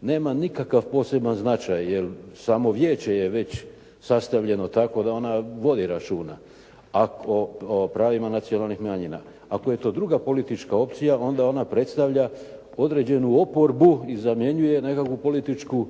nema nikakav poseban značaj jer samo vijeće je već sastavljeno tako da ona vodi računa o pravima nacionalnih manjina. Ako je to druga politička opcija, onda ona predstavlja određenu oporbu i zamjenjuje nekakvu političku